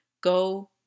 Go